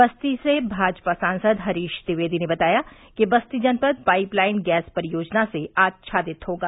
बस्ती से भाजपा सांसद हरीश द्विवेदी ने बताया कि बस्ती जनपद पाइप लाइन गैस परियोजना से आच्छादित होगा